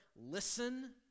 listen